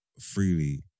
freely